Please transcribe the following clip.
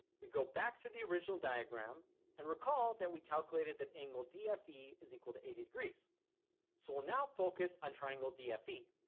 we go back to the original diagram and recall that we calculated that angle dfe is equal to eighty degrees so we'll now focus on triangle dfe